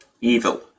evil